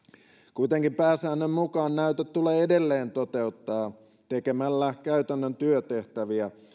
kuitenkin pääsäännön mukaan näytöt tulee edelleen toteuttaa tekemällä käytännön työtehtäviä